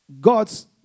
God's